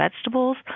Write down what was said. vegetables